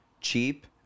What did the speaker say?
cheap